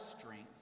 strength